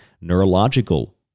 Neurological